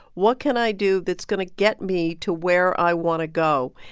what can i do that's going to get me to where i want to go?